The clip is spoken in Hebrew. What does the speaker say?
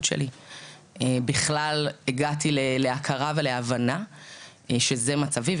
שלי בכלל הגעתי להכרה ולהבנה שזה מצבי,